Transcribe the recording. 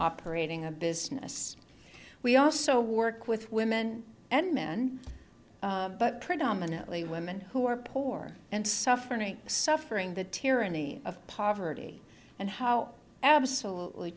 operating a business we also work with women and men but predominately women who are poor and suffering suffering the tyranny of poverty and how absolutely